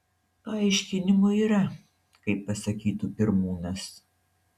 paaiškinimų yra kaip pasakytų pirmūnas